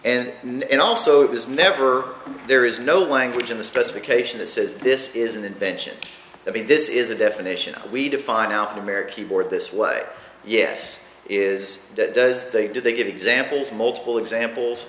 and and also it was never there is no language in the specification that says this is an invention b this is a definition we define now in america keyboard this what yes is that does they do they give examples multiple examples